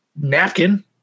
napkin